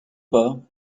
pas